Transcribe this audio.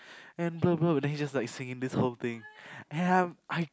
and brother brother and then he just like singing this whole thing and I'm I